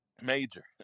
major